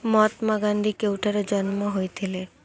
ମହାତ୍ମାଗାନ୍ଧୀ କେଉଁଠାରେ ଜନ୍ମ ହୋଇଥିଲେ